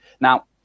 Now